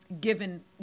given